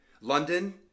London